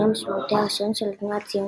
המשמעותי הראשון של התנועה הציונית.